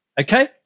okay